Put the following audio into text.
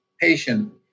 patient